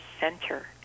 center